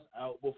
out